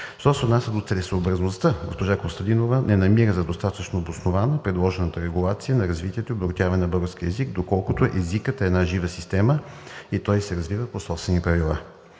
отнася до целесъобразността, госпожа Костадинова не намира за достатъчно обоснована предложената регулация на развитието и обогатяването на българския език, доколкото езикът е една жива система и той се развива по собствени правила.